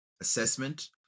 assessment